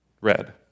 red